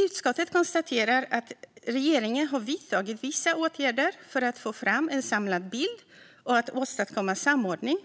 Utskottet konstaterar att regeringen har vidtagit vissa åtgärder för att få en samlad bild och för att åstadkomma samordning.